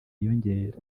yiyongera